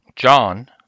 JOHN